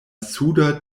suda